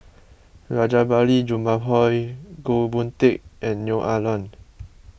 Rajabali Jumabhoy Goh Boon Teck and Neo Ah Luan